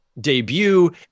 debut